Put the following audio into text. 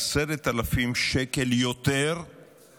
מאיר כהן, בבקשה.